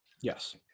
yes